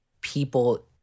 people